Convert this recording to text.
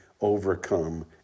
overcome